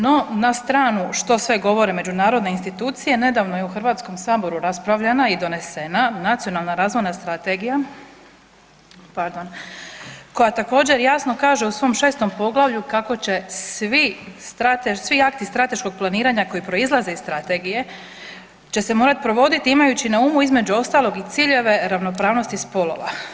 No na stranu što sve govore međunarodne institucije nedavno je u Hrvatskom saboru raspravljena i donesena Nacionalna razvojna strategija koja također jasno kaže u svom šestom poglavlju kako će svi akti strateškog planiranja koji proizlaze iz strategije će se morati provoditi imajući na umu između ostalog i ciljeve ravnopravnosti spolova.